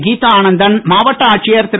கீதா ஆனந்தன் மாவட்ட ஆட்சியர் திரு